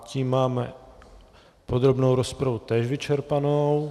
Tím máme podrobnou rozpravu též vyčerpanou.